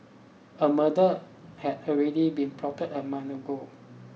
a murder had already been plotted a month ago